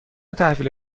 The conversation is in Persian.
تحویل